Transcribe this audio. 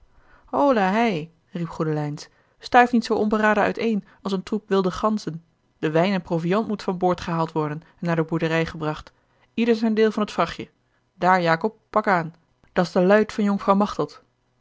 hei riep gtoedelijns stuift niet zoo onberaden uiteen als een troep wilde ganzen de wijn en proviand moet van boord gehaald worden en naar de boerderij gebracht ieder zijn deel van het vrachtje daar jacob pak aan dat's de luid van jonkvrouw machteld